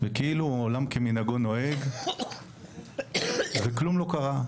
וכאילו העולם כמנהגו נוהג וכלום לא קרה.